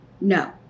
No